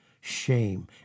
shame